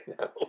now